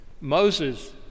Moses